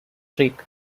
trick